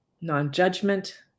non-judgment